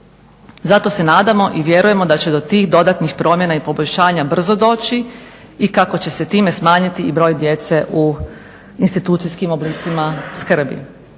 Zato se nadamo i vjerujemo da će do tih dodatnih promjena i poboljšanja brzo doći i kako će se time smanjiti i broj djece u institucijskim oblicima skrbi.